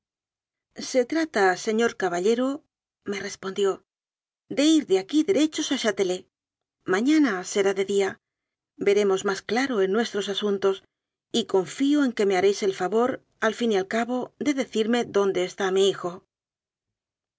se trata señor caballerome respon dió de ir de aquí derechos al chátelet mañi na será de día veremos más claro en nuestros asuntos y confío en que me haréis el favor al fin y al cabo de decirme dónde está mi hijo